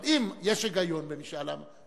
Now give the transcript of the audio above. אבל אם יש היגיון במשאל עם,